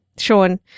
Sean